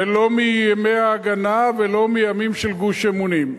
ולא מימי "ההגנה" ולא מימים של "גוש אמונים".